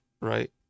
right